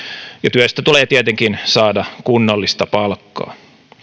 työstä tulee tietenkin saada kunnollista palkkaa